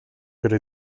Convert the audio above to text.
could